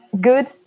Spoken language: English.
good